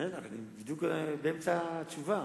אני בדיוק באמצע התשובה.